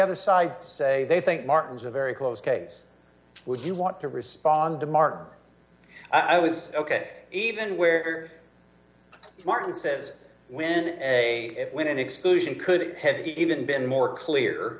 side say they think martin is a very close case would you want to respond to mar i was ok even where martin says when a when an exclusion could have even been more clear